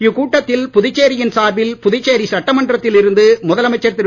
இக்கூட்டத்தில் புதுச்சேரியின் சார்பில் புதுச்சேரி சட்டமன்றத்தில் இருந்து முதலமைச்சர் திரு